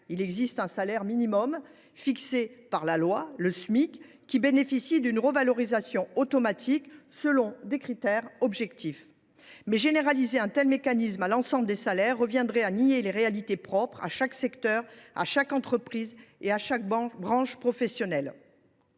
il existe un salaire minimum fixé par la loi, le Smic, qui bénéficie d’une revalorisation automatique selon des critères objectifs. Généraliser un tel mécanisme à l’ensemble des salaires reviendrait à nier les réalités propres à chaque secteur, à chaque entreprise et à chaque branche professionnelle.